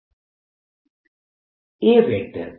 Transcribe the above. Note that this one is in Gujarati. ABAA A